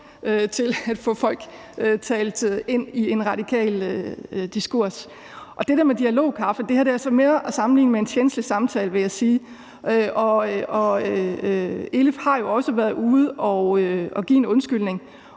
til at få folk talt ind i en radikal diskurs. Til det der med dialogkaffe vil jeg sige, at det her altså mere er at sammenligne med en tjenstlig samtale, og Elif har jo også været ude at give en undskyldning